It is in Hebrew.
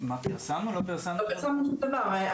לא פרסמנו שום דבר.